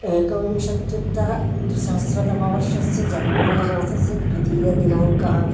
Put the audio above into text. एकविंशत्युत्तरसहस्रतमवर्षस्य जनवरी मासस्य द्वितीयदिनाङ्कः